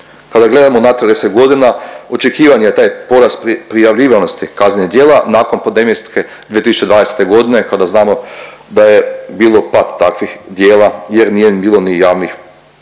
Kada gledamo unatrag 10 godina, očekivan je taj porast prijavljivanosti kaznenih djela nakon pandemijske 2020. godine kada znamo da je bilo pad takvih djela jer nije bilo ni javnih